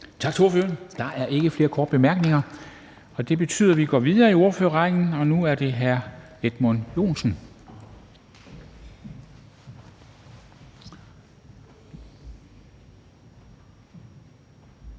Tak til ordføreren. Der er ikke flere korte bemærkninger. Det betyder, at vi går videre i ordførerrækken, og nu er det hr. Edmund Joensen.